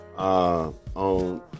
On